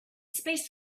space